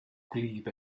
gwlyb